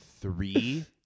three